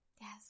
yes